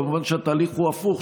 שכמובן התהליך הוא הפוך,